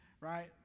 right